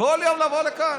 כל יום לבוא לכאן,